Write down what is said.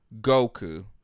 Goku